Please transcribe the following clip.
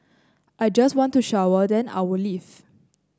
I just want to shower then I'll leave